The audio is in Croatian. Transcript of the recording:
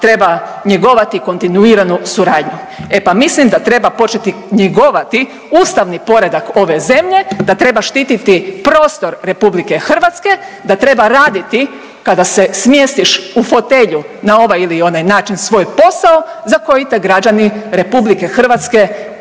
treba njegovati kontinuiranu suradnju. E pa mislim da treba početi njegovati ustavni poredak ove zemlje, da treba štititi prostor Republike Hrvatske, da treba raditi kada se smjestiš u fotelju na ovaj ili onaj način svoj posao za koji te građani republike Hrvatske